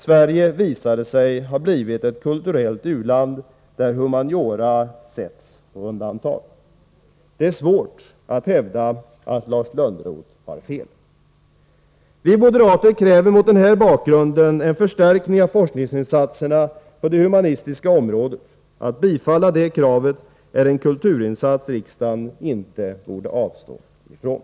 Sverige visade sig ha blivit ett kulturellt u-land, där humaniora satts på undantag ———.” Det är svårt att hävda att Lars Lönnroth har fel. Vi moderater kräver mot den bakgrunden en förstärkning av forskningsinsatserna på det humanistiska området. Att bifalla det kravet är en kulturinsats som riksdagen inte borde avstå ifrån.